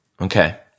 Okay